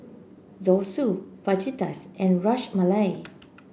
Zosui Fajitas and Ras Malai